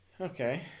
Okay